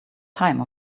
time